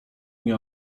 nie